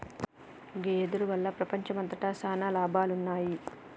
గీ వెదురు వల్ల ప్రపంచంమంతట సాన లాభాలున్నాయి